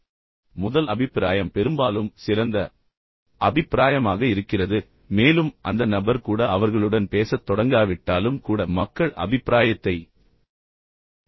சொல்லப்படுவது போல் முதல் தோற்றம் பெரும்பாலும் சிறந்த தோற்றமாக இருக்கிறது மேலும் அந்த நபர் கூட அவர்களுடன் பேசத் தொடங்காவிட்டாலும் கூட மக்கள் அபிப்பிராயத்தை உருவாக்குகிறார்கள்